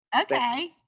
Okay